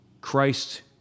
Christ